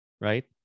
right